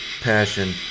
passion